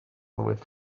with